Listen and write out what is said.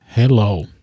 Hello